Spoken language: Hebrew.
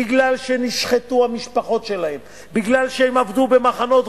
בגלל שהמשפחות שלהם נשחטו,